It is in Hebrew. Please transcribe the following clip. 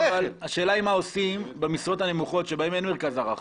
השאלה היא מה עושים במשרות הנמוכות בהן אין מרכז הערכה.